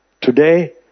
Today